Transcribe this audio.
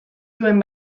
zuen